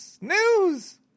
news